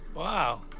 Wow